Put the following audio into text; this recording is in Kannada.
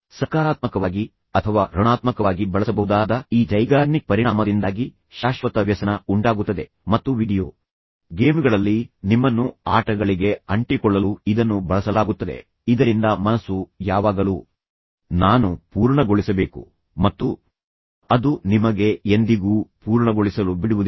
ಸಕಾರಾತ್ಮಕವಾಗಿ ಅಥವಾ ಋಣಾತ್ಮಕವಾಗಿ ಬಳಸಬಹುದಾದ ಈ ಝೈಗಾರ್ನಿಕ್ ಪರಿಣಾಮದಿಂದಾಗಿ ಶಾಶ್ವತ ವ್ಯಸನ ಶಾಶ್ವತ ಗುಲಾಮಗಿರಿ ಉಂಟಾಗುತ್ತದೆ ಮತ್ತು ವೀಡಿಯೊ ಗೇಮ್ಗಳಲ್ಲಿ ನಿಮ್ಮನ್ನು ಆಟಗಳಿಗೆ ಅಂಟಿಕೊಳ್ಳಲು ಇದನ್ನು ಬಳಸಲಾಗುತ್ತದೆ ಇದರಿಂದ ಮನಸ್ಸು ಯಾವಾಗಲೂ ನಾನು ಪೂರ್ಣಗೊಳಿಸಬೇಕು ನಾನು ಪೂರ್ಣಗೊಳಿಸಬೇಕು ಮತ್ತು ನಂತರ ಅದು ನಿಮಗೆ ಎಂದಿಗೂ ಪೂರ್ಣಗೊಳಿಸಲು ಬಿಡುವುದಿಲ್ಲ